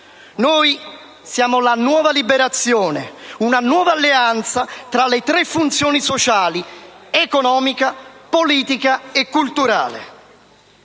Noi siamo la nuova liberazione, una nuova alleanza tra le tre funzioni sociali: economica, politica e culturale.